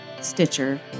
Stitcher